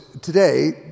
today